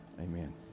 Amen